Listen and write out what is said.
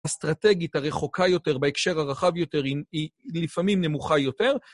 אסטרטגית הרחוקה יותר, בהקשר הרחב יותר, היא לפעמים נמוכה יותר.